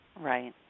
Right